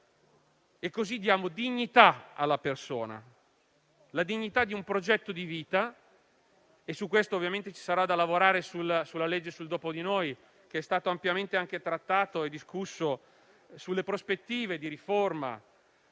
modo diamo dignità alla persona, la dignità di un progetto di vita; a tale proposito, ci sarà da lavorare sulla legge sul dopo di noi. È stato ampiamente trattato e si è discusso sulle prospettive di riforma